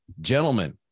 gentlemen